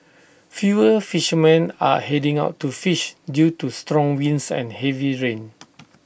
fewer fishermen are heading out to fish due to strong winds and heavy rain